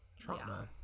trauma